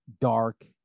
dark